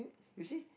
you see